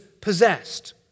possessed